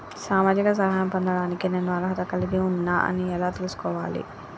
సామాజిక సహాయం పొందడానికి నేను అర్హత కలిగి ఉన్న అని ఎలా తెలుసుకోవాలి?